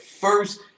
first